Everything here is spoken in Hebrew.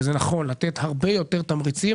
לתת הרבה יותר תמריצים,